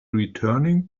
returning